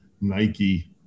Nike